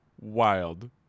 Wild